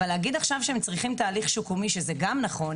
וזה נכון